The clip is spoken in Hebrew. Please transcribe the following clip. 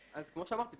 אז כמו שאמרתי,